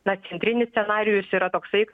na centrinis scenarijus yra toksai kad